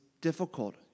difficult